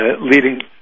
leading